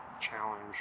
challenge